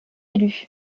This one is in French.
élus